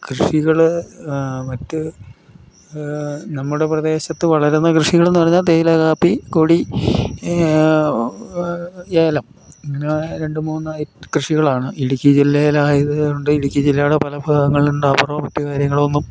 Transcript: കൃഷികൾ മറ്റു നമ്മുടെ പ്രദേശത്ത് വളരുന്ന കൃഷികളെന്ന് പറഞ്ഞാൽ തേയില കാപ്പി കൊടി ഏലം ഇങ്ങനെ രണ്ട് മൂന്ന് കൃഷികളാണ് ഇടുക്കി ജില്ലയിൽ ആയത് കൊണ്ട് ഇടുക്കി ജില്ലയുടെ പല ഭാഗങ്ങളിലും റബറോ മറ്റ് കാര്യങ്ങളോ ഒന്നും